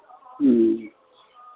ह्म्म